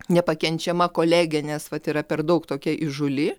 nepakenčiama kolegė nes vat yra per daug tokia įžūli